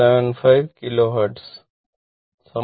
475 kilohertz 2